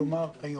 כלומר היום.